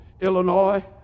Illinois